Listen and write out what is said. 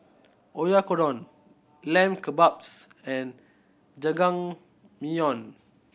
Oyakodon Lamb Kebabs and Jajangmyeon